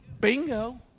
Bingo